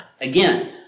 Again